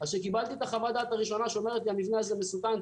אז כשקיבלתי את חוות הדעת הראשונה שאומרת שהמבנה הזה מסוכן,